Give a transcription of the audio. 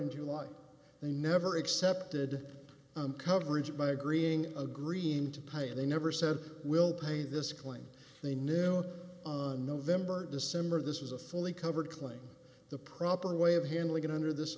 in july they never accepted coverage by agreeing agreeing to pay and they never said we'll pay this claim they knew it on november december this was a fully covered claim the proper way of handling it under this